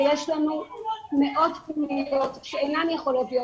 יש לנו מאות פניות שאינן יכולות להיות